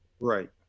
Right